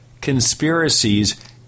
Conspiracies